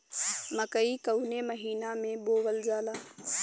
मकई कवने महीना में बोवल जाला?